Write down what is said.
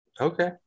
Okay